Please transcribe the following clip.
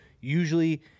usually